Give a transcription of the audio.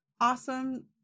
awesome